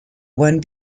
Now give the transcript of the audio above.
one